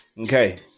Okay